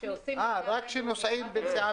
אה, רק שנוסעים בנסיעה